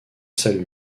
salle